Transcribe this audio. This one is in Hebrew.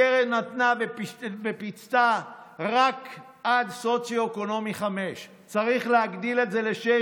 הקרן נתנה ופיצתה רק עד מעמד סוציו-אקונומי 5. צריך להגדיל את זה ל-6,